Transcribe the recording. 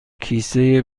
کیسه